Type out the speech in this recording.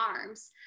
arms